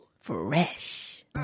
Fresh